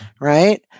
right